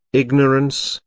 ignorance,